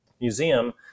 museum